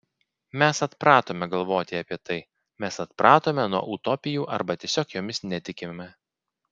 mes atpratome galvoti apie tai mes atpratome nuo utopijų arba tiesiog jomis netikime